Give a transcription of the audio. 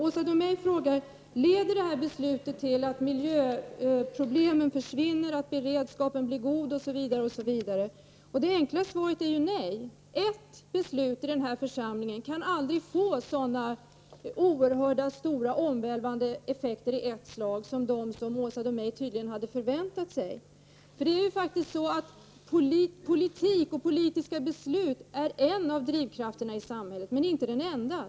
Åsa Domeij frågar: Leder detta beslut till att miljöproblemen försvinner, att beredskapen blir god osv.? Det enkla svaret är ju nej. Ett beslut i den här församlingen kan aldrig få sådana oerhört stora, omvälvande effekter i ett slag som de Åsa Domeij tydligen hade förväntat sig. Politik och politiska beslut är en av drivkrafterna i samhället men inte den enda.